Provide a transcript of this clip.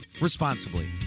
responsibly